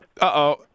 Uh-oh